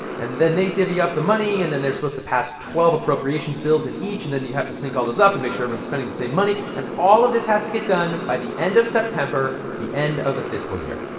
and then they divvy up the money. and then they're supposed to pass twelve appropriations bills in each. and then you have to sync all those up and make sure everyone's spending the same money. and all of this has to get done by the end of september, the end of the fiscal year.